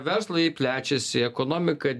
verslai plečiasi ekonomika